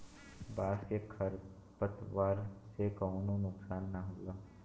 बांस के खर पतवार से कउनो नुकसान ना होला